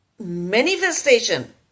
manifestation